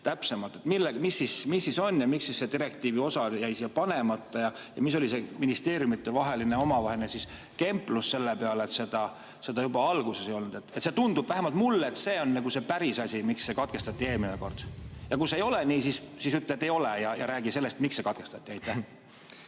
täpsemalt. Mis siis on ja miks see direktiivi osa jäi sinna panemata? Ja mis oli see ministeeriumide omavaheline kemplus selle peale, et seda juba alguses ei olnud? Vähemalt mulle tundub, et see on nagu see päris asi, miks see katkestati eelmine kord. Ja kui see ei ole nii, siis ütle, et ei ole, ja räägi sellest, miks see katkestati. Aitäh!